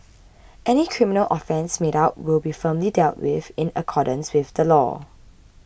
any criminal offence made out will be firmly dealt with in accordance with the law